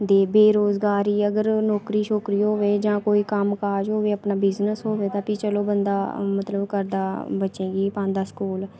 ते बेरोजगारी अगर नौकरी छौकरी होवे जां कोई कम्मकाज होवे अपना बिजनेस होवे तां फ्ही चलो बंदा मतलब करदा बच्चें गी पांदा स्कूल